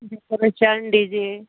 छान डी जे